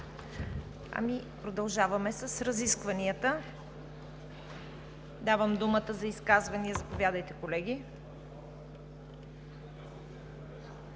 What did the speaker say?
Продължаваме с разискванията и давам думата за изказвания. Заповядайте, колеги.